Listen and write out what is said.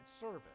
service